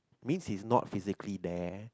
means it's not physically there